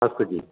अस्तु जि